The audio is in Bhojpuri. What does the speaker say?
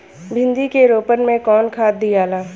भिंदी के रोपन मे कौन खाद दियाला?